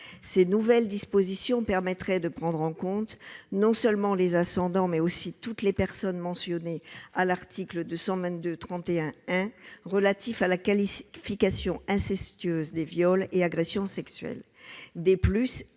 Ces nouvelles dispositions permettraient de prendre en considération non seulement les ascendants, mais aussi toutes les personnes mentionnées à l'article 222-31-1 du code pénal relatif à la qualification incestueuse des viols et agressions sexuelles.